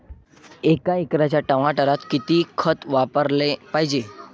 एका एकराच्या टमाटरात किती खत वापराले पायजे?